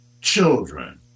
children